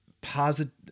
positive